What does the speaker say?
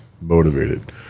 motivated